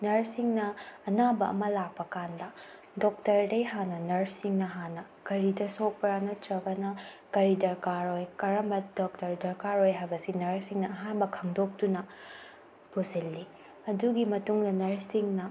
ꯅꯔꯁꯁꯤꯡꯅ ꯑꯅꯥꯕ ꯑꯃ ꯂꯥꯛꯄꯀꯥꯟꯗ ꯗꯣꯛꯇꯔꯗꯒꯤ ꯍꯥꯟꯅ ꯅꯔꯁꯁꯤꯡꯅ ꯍꯥꯟꯅ ꯀꯔꯤꯗ ꯁꯣꯛꯄ꯭ꯔꯥ ꯅꯠꯇ꯭ꯔꯒꯅ ꯀꯔꯤ ꯗꯔꯀꯥꯔ ꯑꯣꯏ ꯀꯔꯝꯕ ꯗꯣꯛꯇꯔ ꯗꯔꯀꯥꯔ ꯑꯣꯏ ꯍꯥꯏꯕꯁꯤ ꯅꯔꯁꯁꯤꯡꯅ ꯑꯍꯥꯟꯕ ꯈꯪꯗꯣꯛꯇꯨꯅ ꯄꯨꯁꯤꯜꯂꯤ ꯑꯗꯨꯒꯤ ꯃꯇꯨꯡꯅ ꯅꯔꯁꯁꯤꯡꯅ